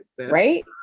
Right